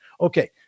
Okay